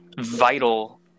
vital